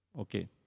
Okay